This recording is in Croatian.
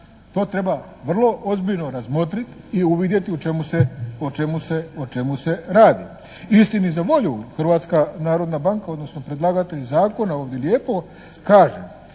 To treba vrlo ozbiljno razmotriti i uvidjeti o čemu se radi. Istini za volju Hrvatska narodna banka, odnosno predlagatelj zakona ovdje lijepo kaže